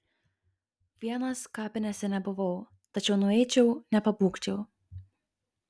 vienas kapinėse nebuvau tačiau nueičiau nepabūgčiau